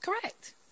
Correct